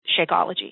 Shakeology